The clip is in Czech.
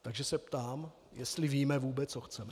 Takže se ptám, jestli víme, vůbec co chceme.